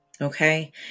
okay